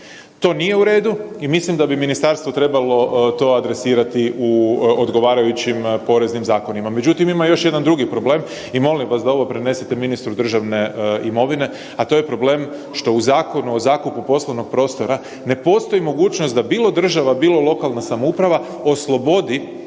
To nije u redu i mislim da bi ministarstvo trebalo to adresirati u odgovarajućim poreznim zakonima. Međutim, ima još jedan drugi problem i molim vas da ovo prenesete ministru državne imovine, a to je problem što u Zakonu o zakupu poslovnog prostora ne postoji mogućnost da, bilo država, bilo lokalnih samouprava slobodi